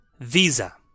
Visa